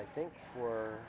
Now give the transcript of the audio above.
i think for